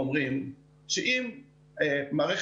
אני מבקש לקבל ממך מבט-על מהצד של הר"י שאתה חבר בה,